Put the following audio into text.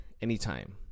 anytime